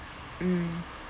mm